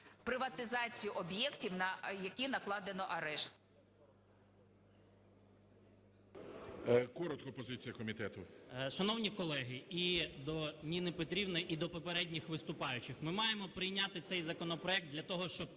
приватизацію об'єктів, на які накладено арешт.